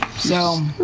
so.